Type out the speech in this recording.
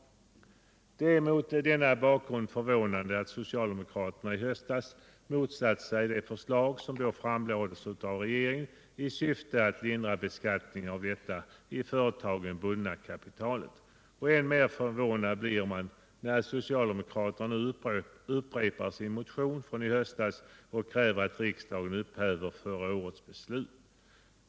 Det är mot denna bakgrund förvånande att socialdemokraterna i höstas motsatte sig det förslag som då framlades av regeringen i syfte att lindra beskattningen av det i företagen bundna kapitalet. Än mer förvånad blir man när socialdemokraterna nu upprepar sin motion från i höstas och kräver att riksdagen upphäver förra årets beslut.